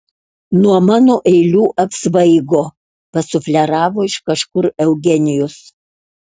nuo mano eilių apsvaigo pasufleravo iš kažkur eugenijus